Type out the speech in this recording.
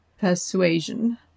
persuasion